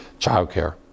childcare